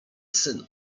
syn